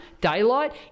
daylight